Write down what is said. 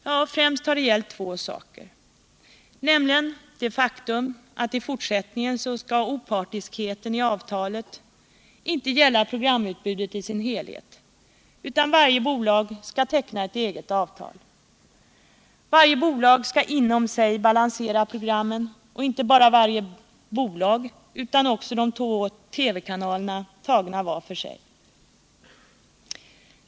Ja, främst har det gällt två frågor, nämligen det faktum att opartiskheten i radioavtalet i fortsättningen inte skall gälla programutbudet i dess helhet utan att varje bolag skall teckna ett eget avtal och att varje bolag inom sig skall balansera programmen. Detta gäller inte bara varje bolag utan också de två TV-kanalerna tagna för sig.